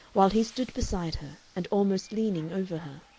while he stood beside her and almost leaning over her.